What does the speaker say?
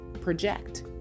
project